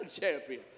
champion